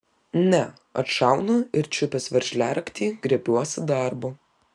ne atšaunu ir čiupęs veržliaraktį griebiuosi darbo